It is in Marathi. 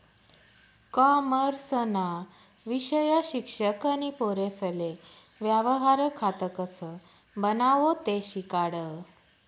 कॉमर्सना विषय शिक्षक नी पोरेसले व्यवहार खातं कसं बनावो ते शिकाडं